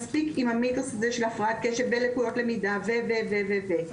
מספיק עם המיתוס הזה שהפרעת קשב ולקויות למידה ו- ו- וכו',